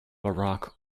barack